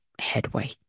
headway